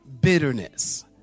bitterness